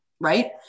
Right